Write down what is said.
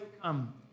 come